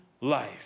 life